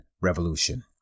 Revolution